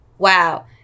Wow